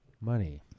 money